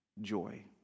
joy